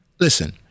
Listen